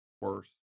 Worse